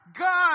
God